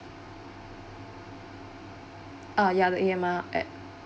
ah ya the A_M_R app